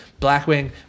Blackwing